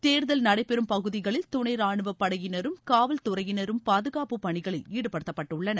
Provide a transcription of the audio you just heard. தேர்தல் நடைபெறும் பகுதிகளில் துணை ரானுவப் படையினரும் காவல் துறையினரும் பாதுகாப்பு பணிகளில் ஈடுபட்டுத்தப்பட்டுள்ளனர்